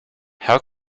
how